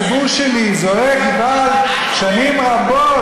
הציבור שלי זועק געוואלד שנים רבות,